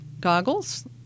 goggles